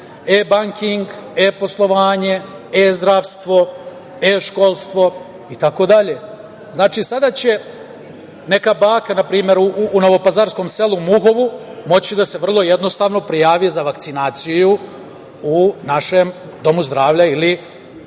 e-banking, e-poslovanje, e-zdravstvo, e-školstvo itd. Znači, sada će neka baka, na primer, u novopazarskom selu Muhovu moći da se vrlo jednostavno prijavi za vakcinaciju u našem domu zdravlja ili